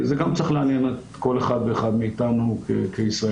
זה גם צריך לעניין כל אחד ואחד מאיתנו כישראלים,